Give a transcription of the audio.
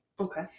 Okay